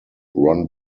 ron